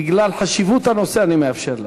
בגלל חשיבות הנושא אני מאפשר לך.